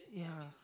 yeah